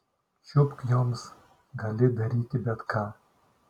čiupk joms gali daryti bet ką